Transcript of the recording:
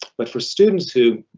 but for students who